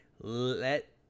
Let